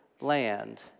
land